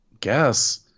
Guess